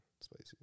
spicy